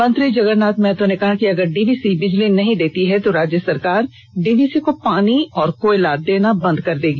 मंत्री जगरनाथ महतो ने कहा कि अगर डीवीसी बिजली नहीं देती है तो राज्य सरकार डीवीसी को पानी और कोयला देना बंद कर देगी